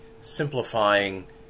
simplifying